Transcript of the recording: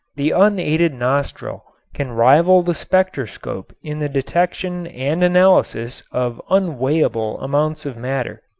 the unaided nostril can rival the spectroscope in the detection and analysis of unweighable amounts of matter.